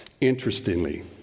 Interestingly